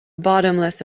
bottomless